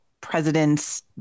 presidents